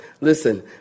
Listen